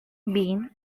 been